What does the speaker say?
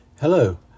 Hello